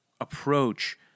approach